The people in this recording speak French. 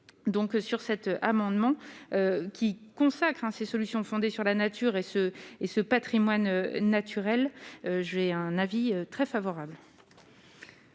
sur cet amendement, qui consacre ainsi solutions fondées sur la nature et ce est ce Patrimoine naturel, j'ai un avis très favorable.